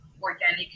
organic